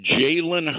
Jalen